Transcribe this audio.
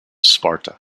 sparta